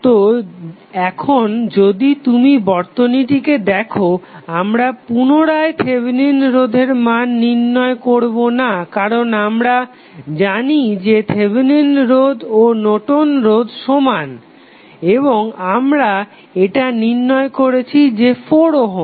তো এখন যদি তুমি বর্তনীটিকে দেখো আমরা পুনরায় থেভেনিন রোধের মান নির্ণয় করবো না কারণ আমরা জানি যে থেভেনিন রোধ ও নর্টন'স রোধ Nortons resistance সমান এবং আমরা এটা নির্ণয় করেছি যে 4 ওহম